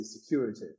security